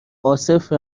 عاصف